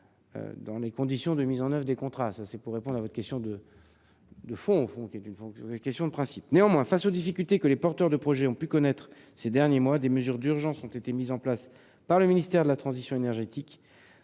dans les conditions de mise en oeuvre des contrats. Je réponds ainsi à votre question de principe. Néanmoins, face aux difficultés que les porteurs de projets ont pu connaître ces derniers mois, des mesures d'urgence ont été mises en place par le ministère de la transition énergétique,